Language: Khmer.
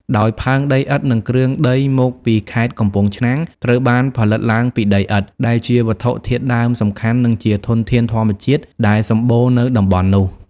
ដោយផើងដីឥដ្ឋ និងគ្រឿងដីមកពីខេត្តកំពង់ឆ្នាំង ត្រូវបានផលិតឡើងពី ដីឥដ្ឋ ដែលជាវត្ថុធាតុដើមសំខាន់ និងជាធនធានធម្មជាតិដែលសម្បូរនៅតំបន់នោះ។